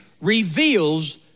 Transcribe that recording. reveals